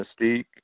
Mystique